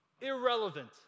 irrelevant